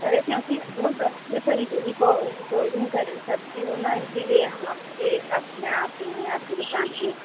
अरे क्योंकि आप बहुत अच्छे से रिपेयरिंग कर करती हो ना इसी लिए हम आपके यहाँ आते हैं आपकी दुकान पर